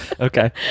Okay